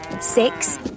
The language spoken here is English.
six